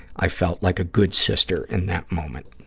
i felt like a good sister in that moment.